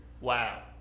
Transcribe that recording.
Wow